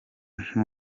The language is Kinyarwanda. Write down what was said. ntuzwi